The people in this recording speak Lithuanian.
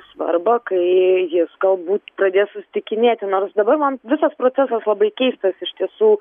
svarbą kai jis galbūt pradės susitikinėti nors dabar man visas procesas labai keistas iš tiesų